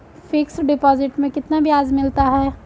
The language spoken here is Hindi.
फिक्स डिपॉजिट में कितना ब्याज मिलता है?